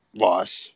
loss